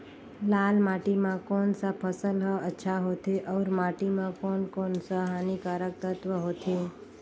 लाल माटी मां कोन सा फसल ह अच्छा होथे अउर माटी म कोन कोन स हानिकारक तत्व होथे?